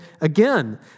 again